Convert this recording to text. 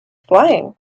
flying